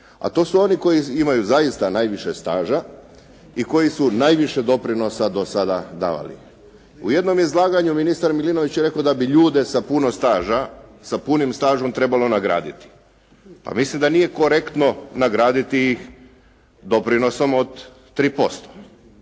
A to su oni koji imaju zaista najviše staža i koji su najviše doprinosa do sada davali. U jednom izlaganju ministar Milinović je rekao da ljude sa puno staža, sa punim stažom trebalo nagraditi. Pa mislim da nije korektno nagraditi ih doprinosom od 3%.